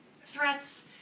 threats